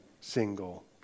single